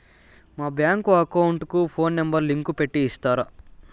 మా bank account కు phone number link పెట్టి ఇస్తారా?